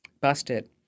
busted